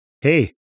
hey